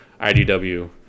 IDW